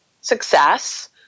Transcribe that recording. success